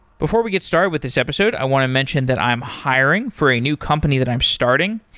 before we get started with this episode, i want to mention that i am hiring for a new company that i'm starting,